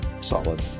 solid